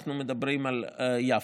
כשאנחנו מדברים על יפו.